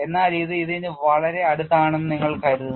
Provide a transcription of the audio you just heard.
എന്നാൽ ഇത് ഇതിന് വളരെ അടുത്താണെന്ന് നിങ്ങൾ കരുതുന്നു